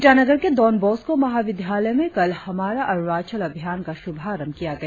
ईटानगर के Don Bosco महा विद्यालय में कल हमारा अरुणाचल अभियान का शुभारंभ किया गया